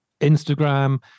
instagram